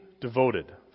devoted